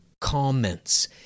comments